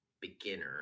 beginner